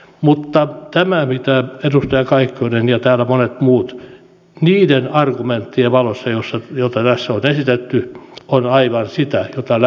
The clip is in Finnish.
mutta tämä mitä edustaja kaikkonen ja täällä monet muut ovat esittäneet niiden argumenttien valossa joita tässä on esitetty on aivan sitä mitä lämpimästi kannatan